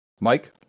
Mike